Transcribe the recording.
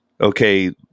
okay